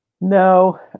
No